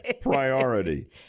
priority